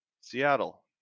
Seattle